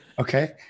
Okay